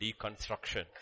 deconstruction